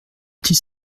petit